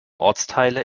ortsteile